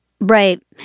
Right